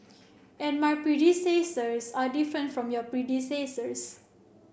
and my predecessors are different from your predecessors